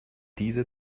diese